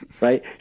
Right